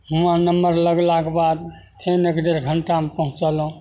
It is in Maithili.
हुआँ नंबर लगलाके बाद फेन एक डेढ़ घण्टामे पहुँचलहुँ